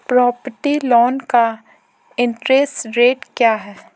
Property loan का interest rate क्या है?